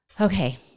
Okay